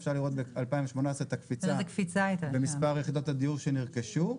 אפשר לראות ב-2018 את הקפיצה במספר יחידות הדיור שנרכשו.